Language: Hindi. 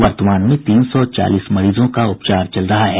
वर्तमान में तीन सौ चालीस मरीजों का उपचार चल रहा है